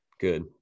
good